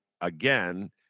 again